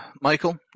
Michael